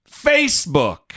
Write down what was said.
Facebook